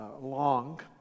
long